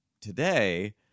today